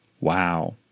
Wow